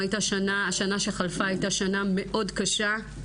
לצערנו, השנה שחלפה הייתה שנה מאוד קשה,